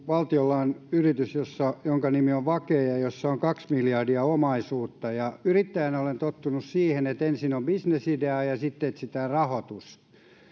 valtiolla on yritys jonka nimi on vake ja jossa on kaksi miljardia omaisuutta yrittäjänä olen tottunut siihen että ensin on bisnesidea ja sitten etsitään rahoitus